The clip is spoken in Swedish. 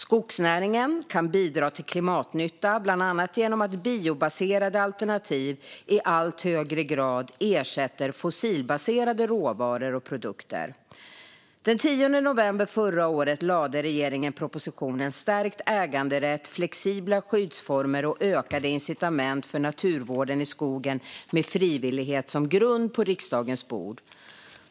Skogsnäringen kan bidra till klimatnytta bland annat genom att biobaserade alternativ i allt högre grad ersätter fossilbaserade råvaror och produkter. Den 10 november förra året lade regeringen propositionen Stärkt äganderätt, flexibla skyddsformer och ökade incitament för naturvården i skogen med frivillighet som grund på riksdagens bord.